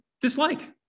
dislike